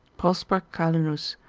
prosper calenus,